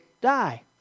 die